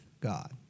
God